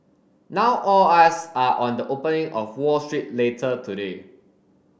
now all eyes are on the opening of Wall Street later today